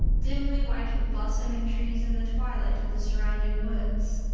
dimly white with blossoming trees in the twilight of the surrounding woods.